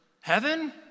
heaven